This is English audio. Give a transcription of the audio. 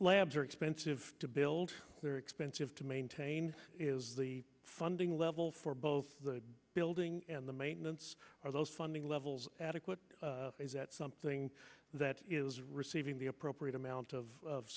are expensive to build they're expensive to maintain the funding level for both the building and the maintenance of those funding levels adequate is that something that is receiving the appropriate amount of